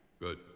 Good